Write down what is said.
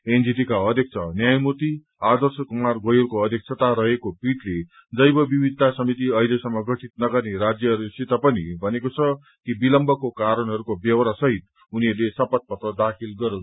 एनजीटीका अध्यक्ष न्यायमूर्ति आदर्श कुमार गोयलको अध्यक्षता रहेको पीठले जैव विविधता समिति अहिलेसम्म गठित नगर्ने राज्यहरूसित पनि भनेको छ कि विलम्बको कारणहरूको ब्योरा सहित उनीहरूले शपथ पत्र दाखिल गरून्